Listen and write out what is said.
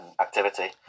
activity